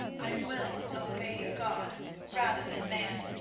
i will obey god rather than man,